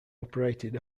operated